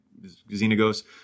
Xenagos